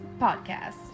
Podcast